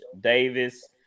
Davis